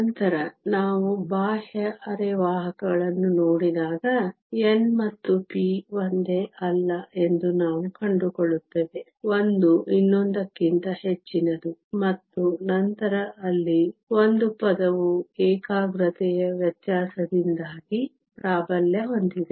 ನಂತರ ನಾವು ಬಾಹ್ಯ ಅರೆವಾಹಕಗಳನ್ನು ನೋಡಿದಾಗ n ಮತ್ತು p ಒಂದೇ ಅಲ್ಲ ಎಂದು ನಾವು ಕಂಡುಕೊಳ್ಳುತ್ತೇವೆ ಒಂದು ಇನ್ನೊಂದಕ್ಕಿಂತ ಹೆಚ್ಚಿನದು ಮತ್ತು ನಂತರ ಅಲ್ಲಿ ಒಂದು ಪದವು ಏಕಾಗ್ರತೆಯ ವ್ಯತ್ಯಾಸದಿಂದಾಗಿ ಪ್ರಾಬಲ್ಯ ಹೊಂದಿದೆ